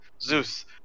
Zeus